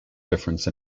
difference